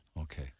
okay